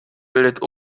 bildet